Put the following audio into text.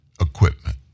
equipment